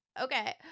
okay